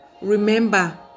remember